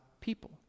people